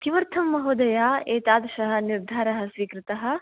किमर्थं महोदये एतादृशः निर्धारः स्वीकृतः